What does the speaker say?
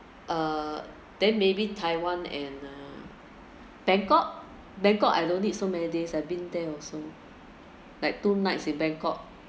uh then maybe taiwan and uh bangkok bangkok I don't need so many days I've been there also like two nights in bangkok